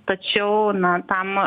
tačiau na tam